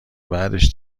بعدش